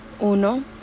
Uno